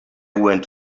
went